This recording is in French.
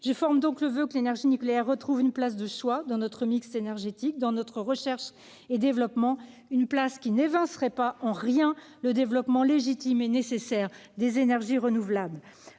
Je forme donc le voeu que celle-ci retrouve une place de choix dans notre mix énergétique, ainsi que dans notre recherche et développement. Cette place n'évincerait en rien le développement légitime et nécessaire des énergies renouvelables.